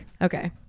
Okay